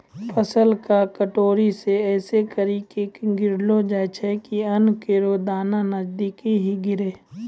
फसल क टोकरी सें ऐसें करि के गिरैलो जाय छै कि अन्न केरो दाना नजदीके ही गिरे